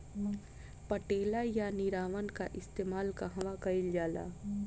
पटेला या निरावन का इस्तेमाल कहवा कइल जाला?